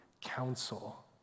counsel